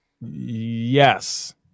Yes